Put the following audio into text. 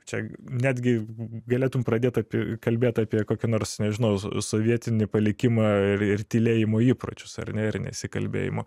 čia netgi galėtum pradėt api kalbėt apie kokį nors nežinau sovietinį palikimą ir ir tylėjimo įpročius ar ne ir nesikalbėjimo